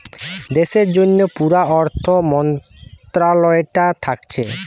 দেশের জন্যে পুরা অর্থ মন্ত্রালয়টা থাকছে